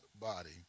body